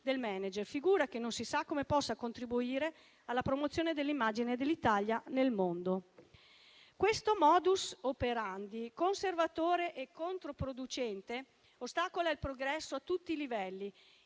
del *manager,* figura che non si sa come possa contribuire alla promozione dell'immagine dell'Italia nel mondo. Questo *modus operandi,* conservatore e controproducente, ostacola il progresso a tutti i livelli,